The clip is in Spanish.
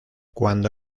cuando